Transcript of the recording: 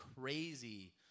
crazy